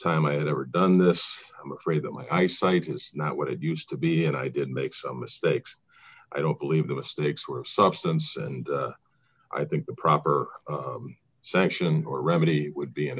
time i had ever done this i'm afraid that my eyesight is not what it used to be and i did make some mistakes i don't believe the mistakes were of substance and i think the proper sanction or remedy would be an